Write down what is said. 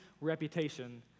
reputation